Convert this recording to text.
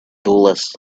dollars